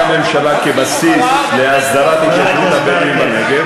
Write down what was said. הממשלה כבסיס להסדרת התיישבות הבדואים בנגב,